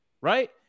Right